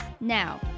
Now